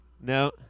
No